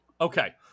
Okay